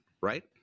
right